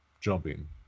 jumping